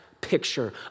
picture